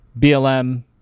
blm